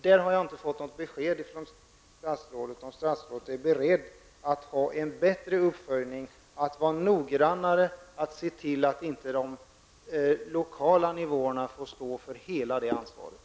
Jag har inte fått något besked ifrån statsrådet om statsrådet är beredd att göra en bättre uppföljning, att vara noggrannare och att se till att de lokala nivåerna inte får stå för hela det ansvaret.